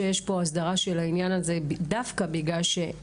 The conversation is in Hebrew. צריך שתהיה הסדרה של העניין הזה, דווקא שהמומחיות